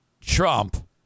Trump